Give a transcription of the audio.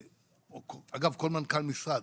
אגב כל מנכ"ל משרד,